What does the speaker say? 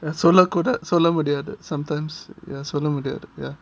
சொல்ல முடியாது:solla mudiathu sometimes ya சொல்ல முடியாது:solla mudiathu ya